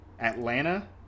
Atlanta